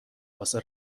واسه